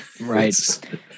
Right